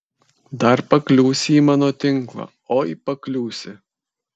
dar pakliūsi į mano tinklą oi pakliūsi